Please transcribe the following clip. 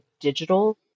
digital